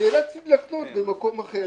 ונאלצתי לחנות במקום אחר.